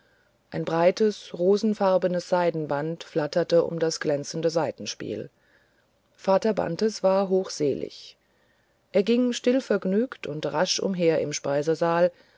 ein breites rosenfarbenes seidenband flatterte um das glänzende saitenspiel vater bantes war hochselig er ging stillvergnügt und rasch umher im speisesaal